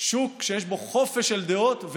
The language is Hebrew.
שוק שיש בו חופש של דעות,